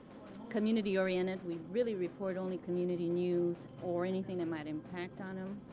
community-oriented. we really report only community news or anything that might impact on them.